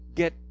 get